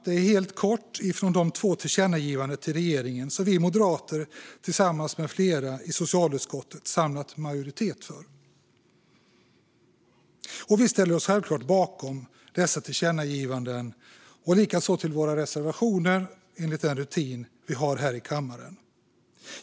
Detta var helt kort från de två tillkännagivanden till regeringen som vi moderater tillsammans med flera i socialutskottet samlat majoritet för. Vi ställer oss självklart bakom dessa tillkännagivanden och likaså bakom våra reservationer enligt den rutin vi har i kammaren.